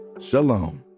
Shalom